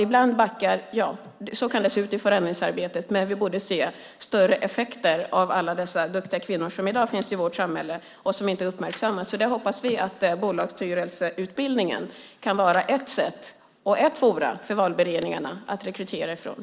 Ibland kan förändringsarbetet backa, men vi borde se större effekter av alla dessa duktiga kvinnor som i dag finns i vårt samhälle och som inte uppmärksammas. Därför hoppas vi att bolagsstyrelseutbildningen kan vara ett forum för valberedningarna när det gäller rekryteringar.